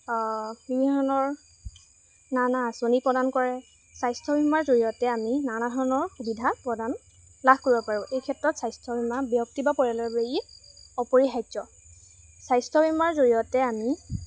বিভিন্ন ধৰণৰ নানা আঁচনি প্ৰদান কৰে স্বাস্থ্য বীমাৰ জৰিয়তে আমি নানা ধৰণৰ সুবিধা প্ৰদান লাভ কৰিব পাৰোঁ এই ক্ষেত্ৰত স্বাস্থ্য বীমা ব্যক্তি বা পৰিয়ালৰ বাবে ই অপৰিহাৰ্য স্বাস্থ্য বীমাৰ জৰিয়তে আমি